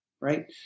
right